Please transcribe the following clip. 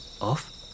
Off